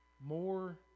more